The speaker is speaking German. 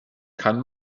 kann